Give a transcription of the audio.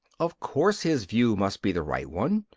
of course his view must be the right one,